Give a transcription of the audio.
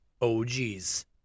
OGs